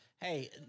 Hey